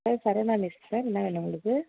sir Saravana mess sir என்ன வேணும் உங்களுக்கு